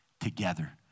together